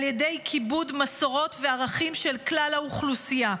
על ידי כיבוד מסורות וערכים של כלל האוכלוסייה.